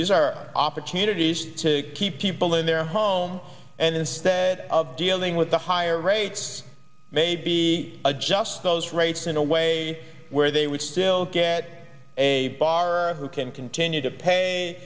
these are opportunities to keep people in their homes and instead of dealing with the higher rates maybe adjust those rates in a way where they would still get a barber who can continue to pay